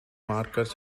markers